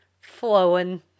flowing